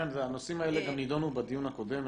כן, הנושאים האלה גם נידונו בדיון הקודם.